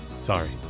Sorry